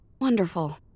Wonderful